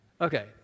Okay